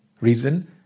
reason